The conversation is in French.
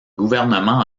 gouvernement